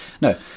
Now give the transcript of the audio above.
No